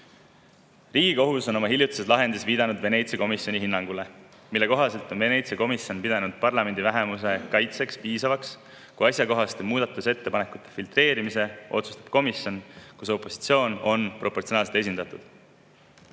Riigikohus on oma hiljutises lahendis viidanud Veneetsia komisjoni hinnangule. Veneetsia komisjon on pidanud parlamendivähemuse kaitseks piisavaks, kui asjakohaste muudatusettepanekute filtreerimise otsustab komisjon, kus opositsioon on proportsionaalselt esindatud.